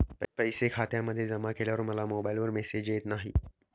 पैसे खात्यामध्ये जमा केल्यावर मला मोबाइलवर मेसेज येत नाही?